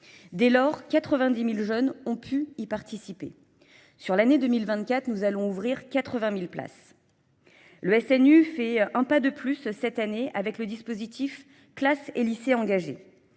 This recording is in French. Dès lors, 90 000 jeunes ont pu y participer. Sur l'année 2024, nous allons ouvrir 80 000 places. Le SNU fait un pas de plus cette année avec le dispositif classe et lycée engagé.